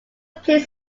played